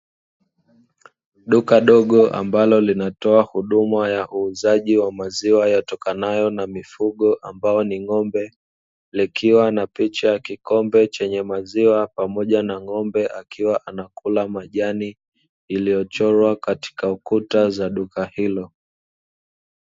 Duka dogo ambalo linatoa huduma ya maziwa yatokanayo na mifugo ambayo ni ng'ombe. Likiwa na picha ya kikombe chenye maziwa pamoja na ng'ombe akiwa anakula majani iliyochorwa katika kuta za duka hilo.